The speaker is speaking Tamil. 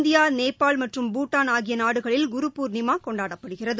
இந்தியா நேபாள் மற்றும் பூட்டான் ஆகியநாடுகளில் குரு பூர்ணிமாகொண்டாடப்படுகிறது